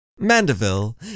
Mandeville